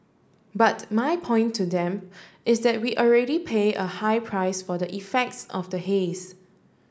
but my point to them is that we already pay a high price for the effects of the haze